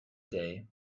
day